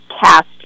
cast